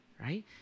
right